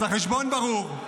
אז החשבון ברור,